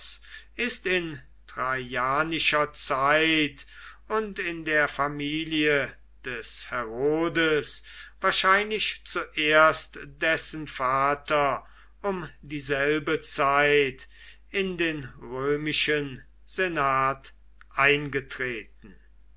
ist in traianischer zeit und in der familie des herodes wahrscheinlich zuerst dessen vater um dieselbe zeit in den römischen senat eingetreten